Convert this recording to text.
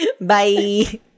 Bye